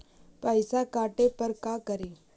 पैसा काटे पर का करि?